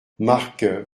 marc